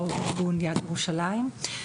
יו"ר ארגון יד ירושלים,